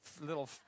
little